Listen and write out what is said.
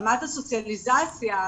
ברמת הסוציאליזציה,